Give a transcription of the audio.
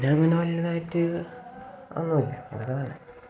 പിന്നെ അങ്ങനെ വലുതായിട്ട് ഒന്നും ഇല്ല ഇതൊക്കെ തന്നെ